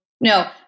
no